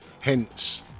Hence